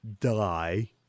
die